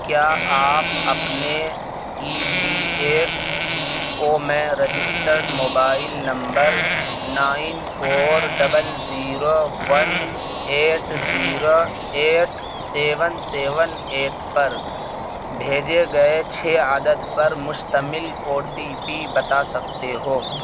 کیا آپ اپنے ای پی ایف او میں registered mobile number nine four double zero one eight zero eight seven seven eight پر بھیجے گئے چھ عدد پر مشتمل او ٹی پی بتا سکتے ہو